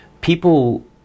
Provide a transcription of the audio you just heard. People